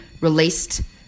released